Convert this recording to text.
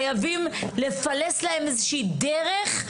חייבים לפלס להם איזושהי דרך,